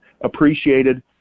appreciated